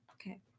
Okay